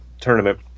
tournament